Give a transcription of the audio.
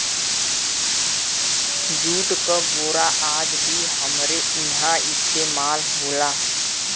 jute क बोरा आज भी हमरे इहां इस्तेमाल होला